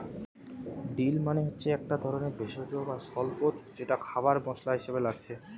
deal মানে হচ্ছে একটা ধরণের ভেষজ বা স্বল্প যেটা খাবারে মসলা হিসাবে লাগছে